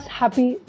happy